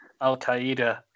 Al-Qaeda